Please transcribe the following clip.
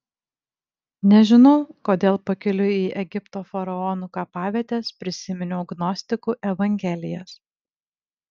nežinau kodėl pakeliui į egipto faraonų kapavietes prisiminiau gnostikų evangelijas